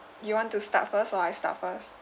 you want to start first or I start first